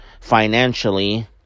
financially